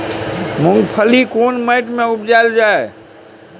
मूंगफली केना माटी में उपजायल जाय?